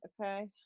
Okay